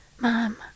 Mom